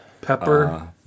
Pepper